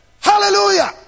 Hallelujah